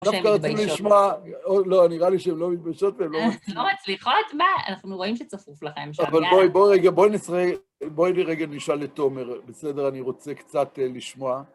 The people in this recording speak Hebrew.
דווקא רוצים לשמוע, לא, נראה לי שהן לא מתביישות. לא מצליחות, מה? אנחנו רואים שצפוף לכם, יאללה. אבל בואי רגע, בואי, בואי לרגע נשאל את תומר, בסדר? אני רוצה קצת לשמוע.